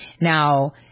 Now